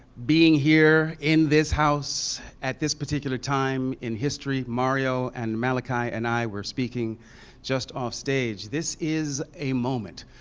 being here in this house at the particular time in history, mario and malachi and i were speaking just off stage this is a moment.